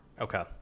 Okay